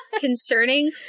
...concerning